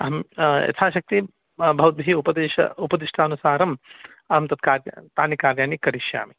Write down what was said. अहं यथाशक्ति भवद्भिः उपदेश उपदिष्टानिसारम् अहं तत्कार्यं तानि कार्यानि करिष्यामि